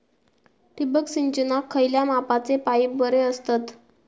ठिबक सिंचनाक खयल्या मापाचे पाईप बरे असतत?